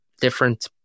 different